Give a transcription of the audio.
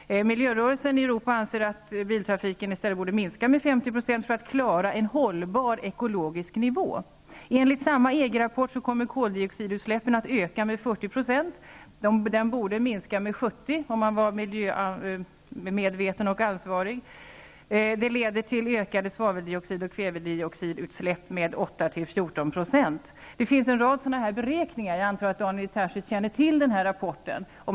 Miljörörelsen i Europa anser att det i stället är nödvändigt att biltrafiken minskar med 50 % om vi skall klara en hållbar ekologisk nivå. Enligt samma EG-rapport kommer koldioxidutsläppen att öka med 40 %. En miljömedveten och ansvarig politik borde i stället se till att dessa utsläpp minskade med 70 %. En annan effekt blir en ökning av svaveldioxid och kvävedioxidutsläppen med 8--14 %. Det finns en rad sådana här beräkningar, och jag antar att Daniel Tarschys känner till den här rapporten.